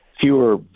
fewer